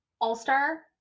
all-star